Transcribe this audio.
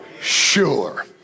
Sure